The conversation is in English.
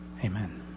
Amen